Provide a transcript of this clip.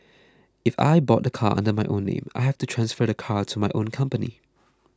if I bought the car under my own name I have to transfer the car to my own company